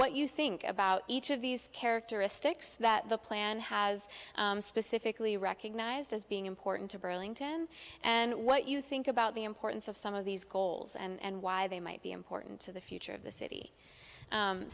what you think about each of these characteristics that the plan has specifically recognized as being important to burlington and what you think about the importance of some of these goals and why they might be important to the future of the city